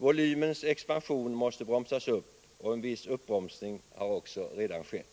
Volymens expansion måste bromsas upp, och en viss uppbromsning har också redan skett.